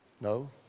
No